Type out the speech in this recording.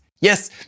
Yes